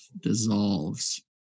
dissolves